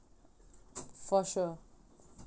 for sure